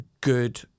good